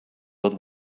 tot